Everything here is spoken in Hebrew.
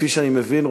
כפי שאני מבין,